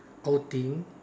outing